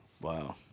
Wow